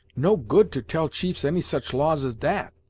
no good to tell chiefs any such laws as dat.